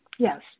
Yes